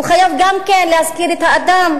הוא חייב גם כן להזכיר את האדם.